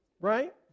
Right